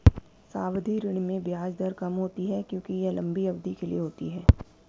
सावधि ऋण में ब्याज दर कम होती है क्योंकि यह लंबी अवधि के लिए होती है